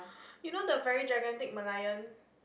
you know the very gigantic Merlion